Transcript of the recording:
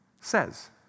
says